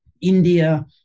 India